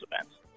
events